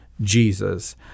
Jesus –